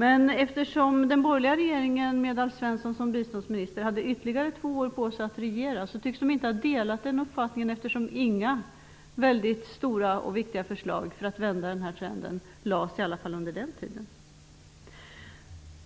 Men eftersom den borgerliga regeringen med Alf Svensson som biståndsminister hade ytterligare två år på sig att regera tycks den inte ha delat den uppfattningen, eftersom inga stora och viktiga förslag för att vända denna trend lades fram under den tiden.